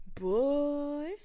Boy